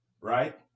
right